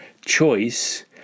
choice